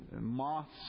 moths